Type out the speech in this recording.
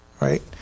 right